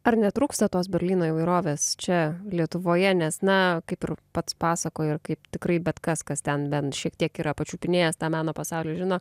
ar netrūksta tos berlyno įvairovės čia lietuvoje nes na kaip ir pats pasakoji ir kaip tikrai bet kas kas ten bent šiek tiek yra pačiupinėjęs tą meno pasaulį žino